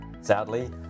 Sadly